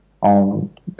on